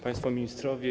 Państwo Ministrowie!